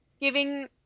giving